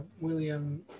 William